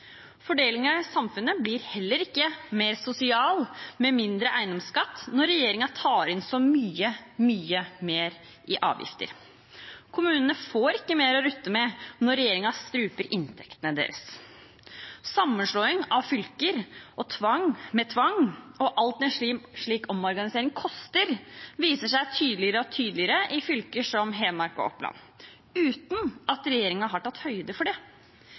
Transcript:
Fordelingen i samfunnet blir heller ikke mer sosial med mindre eiendomsskatt når regjeringen tar inn så mye, mye mer i avgifter. Kommunene får ikke mer å rutte med når regjeringen struper inntektene deres. Sammenslåing av fylker med tvang og alt en slik omorganisering koster, viser seg tydeligere og tydeligere i fylker som Hedmark og Oppland, uten at regjeringen har tatt høyde for det.